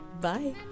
Bye